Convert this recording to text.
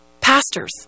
Pastors